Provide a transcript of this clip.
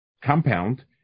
compound